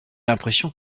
l’impression